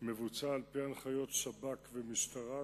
מבוצע על-פי הנחיות שב"כ והמשטרה,